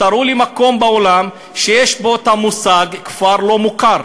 תראו לי מקום בעולם שיש בו המושג כפר לא מוכר.